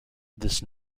this